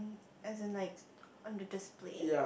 as in like on the display